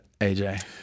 AJ